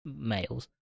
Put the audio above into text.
males